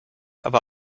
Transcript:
aber